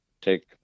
take